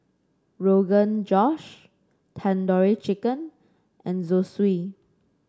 Rogan Josh Tandoori Chicken and Zosui